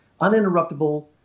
uninterruptible